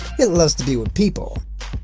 it loves to be with people,